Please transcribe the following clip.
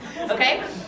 Okay